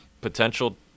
potential